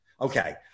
Okay